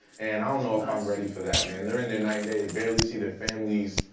and i don't know if i'm ready for that, man. they're in there night and day, they barely see their families,